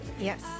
Yes